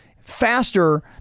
faster